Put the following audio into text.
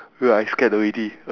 wait I scared already